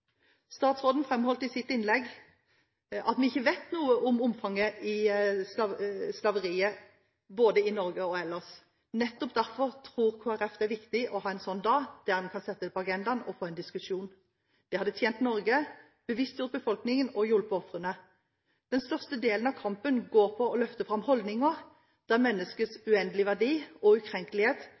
Statsråden framholdt i sitt innlegg at vi ikke vet noe om omfanget av slaveriet i Norge og ellers. Nettopp derfor tror Kristelig Folkeparti det er viktig å ha en sånn dag, der en kan sette dette på agendaen og få en diskusjon. Det hadde tjent Norge, bevisstgjort befolkningen og hjulpet ofrene. Den største delen av kampen går på å løfte fram holdninger der menneskers uendelige verdi og ukrenkelighet